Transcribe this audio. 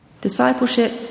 Discipleship